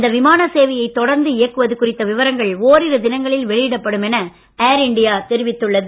இந்த விமான சேவையை தொடர்ந்து இயக்குவது குறித்த விவரங்கள் ஓரிரு தினங்களில் வெளியிடப்படும் என ஏர் இண்டியா தெரிவித்துள்ளது